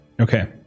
Okay